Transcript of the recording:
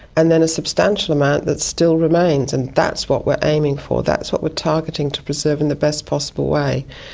and then a substantial amount that still remains, and that's what we are aiming for, that's what we are targeting to preserve in the best possible way.